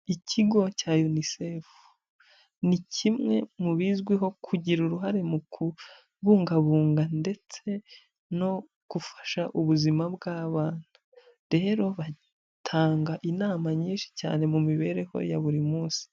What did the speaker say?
Ikigo cya UNICEF, ni kimwe mu bizwiho kugira uruhare mu kubungabunga ndetse no gufasha ubuzima bw'abana, rero batanga inama nyinshi cyane mu mibereho ya buri munsi.